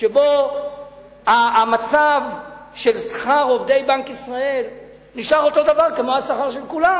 שבו המצב של שכר עובדי בנק ישראל נשאר אותו דבר כמו השכר של כולם,